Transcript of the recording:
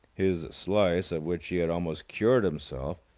his slice, of which he had almost cured himself,